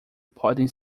podem